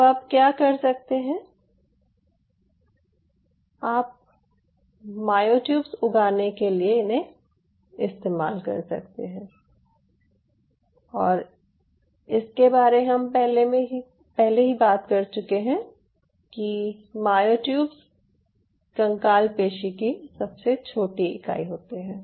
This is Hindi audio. अब आप क्या कर सकते हैं आप मायोट्यूब्स उगाने के लिये इन्हे इस्तेमाल कर सकते हैं और इसके बारे में हम पहले ही बात कर चुके हैं कि मायोट्यूब्स कंकाल पेशी की सबसे छोटी इकाई होते हैं